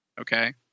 Okay